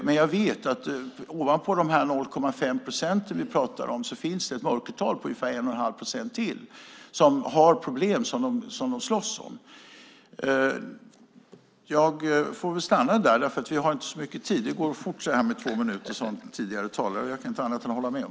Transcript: Men jag vet att det utöver de 0,5 procent som vi talar om finns ett mörkertal på ungefär 1 1⁄2 procent till som har problem.